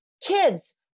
kids